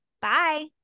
Bye